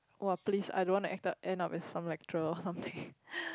!wah! please I don't want to act up end up as some lecturer or something